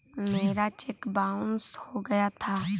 मेरा cheque bounce हो गया था